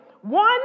one